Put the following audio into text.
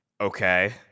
okay